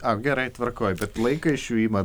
a gerai tvarkoj bet laiką iš jų imat